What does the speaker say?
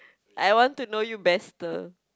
I want to know you bester